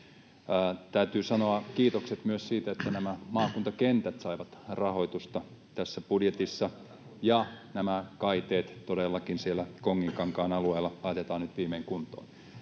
täytyy sanoa kiitokset myös siitä, että nämä maakuntakentät saivat rahoitusta tässä budjetissa ja nämä kaiteet todellakin siellä Konginkankaan alueella laitetaan nyt viimein kuntoon.